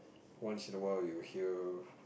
once in a while you hear